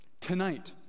tonight